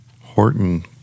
Horton